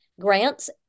grants